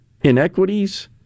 inequities